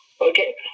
Okay